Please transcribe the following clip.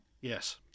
Yes